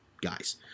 guys